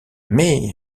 mais